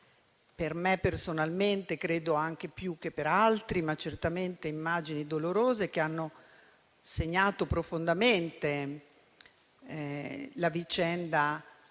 per me personalmente credo anche più che per altri, ma certamente che hanno segnato profondamente la vicenda